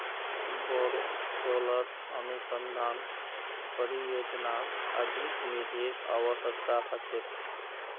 बोरो सोलर अनुसंधान परियोजनात अधिक निधिर अवश्यकता ह छेक